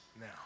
now